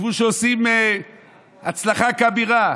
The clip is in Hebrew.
חשבו שעושים בהצלחה כבירה.